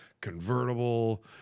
convertible